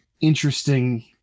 interesting